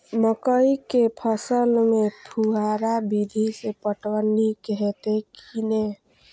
मकई के फसल में फुहारा विधि स पटवन नीक हेतै की नै?